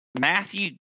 matthew